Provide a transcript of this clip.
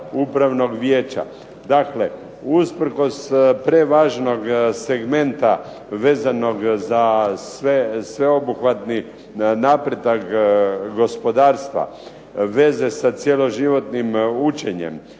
upravnog vijeća. Dakle, usprkos prevažnog segmenta vezanog za sveobuhvatni napredak gospodarstva, veze sa cjeloživotnim učenjem,